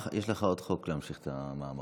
יש לך עוד חוק להמשיך את המאמר.